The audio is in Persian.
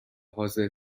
حاضر